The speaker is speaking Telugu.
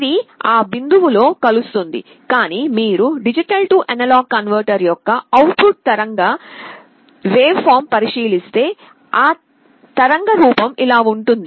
ఇది ఆ బిందువు లో కలుస్తుంది కానీ మీరు D A కన్వర్టర్ యొక్క అవుట్ పుట్ తరంగ రూపాన్ని పరిశీలిస్తేఆ తరంగ రూపం ఇలా ఉంటుంది